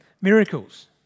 Miracles